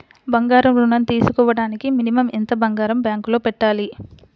బంగారం ఋణం తీసుకోవడానికి మినిమం ఎంత బంగారం బ్యాంకులో పెట్టాలి?